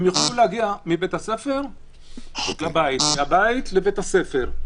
הם יוכלו להגיע מבית הספר לבית, מהבית לבית הספר.